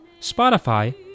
Spotify